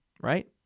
right